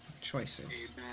choices